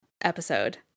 episode